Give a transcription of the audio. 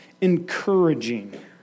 encouraging